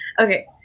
Okay